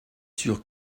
sûr